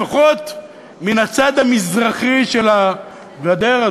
לפחות מן הצד המזרחי של הגדר,